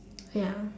ya